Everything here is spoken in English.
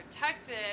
protected